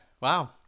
Wow